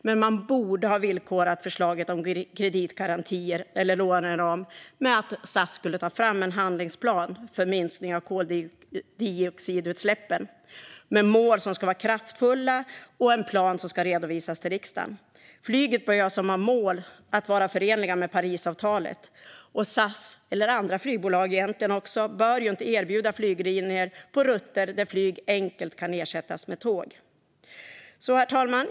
Men man borde ha villkorat förslaget om kreditgarantier eller en låneram med att SAS skulle ta fram en handlingsplan för minskning av koldioxidutsläppen med mål som ska vara kraftfulla och en plan som ska redovisas till riksdagen. Flyget bör ha mål som är förenliga med Parisavtalet, och SAS och även andra flygbolag bör inte erbjuda flyglinjer på rutter där flyg enkelt kan ersättas med tåg. Herr talman!